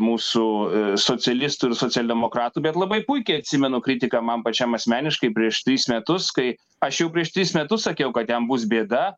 mūsų socialistų ir socialdemokratų bet labai puikiai atsimenu kritiką man pačiam asmeniškai prieš tris metus kai aš jau prieš tris metus sakiau kad jam bus bėda